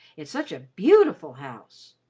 it's such a beautiful house.